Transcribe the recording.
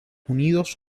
unidos